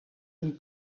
een